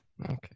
Okay